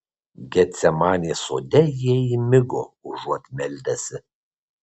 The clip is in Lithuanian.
getsemanės sode jie įmigo užuot meldęsi